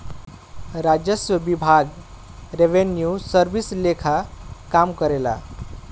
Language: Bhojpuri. राजस्व विभाग रिवेन्यू सर्विस लेखा काम करेला